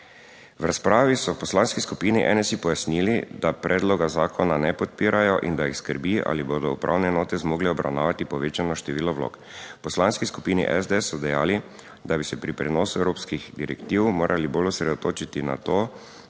V razpravi so v poslanski skupini NSi pojasnili, da predloga zakona ne podpirajo in da jih skrbi ali bodo upravne enote zmogle obravnavati povečano število vlog. V Poslanski skupini SDS so dejali, da bi se pri prenosu evropskih direktiv morali bolj osredotočiti na to,